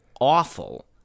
awful